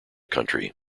country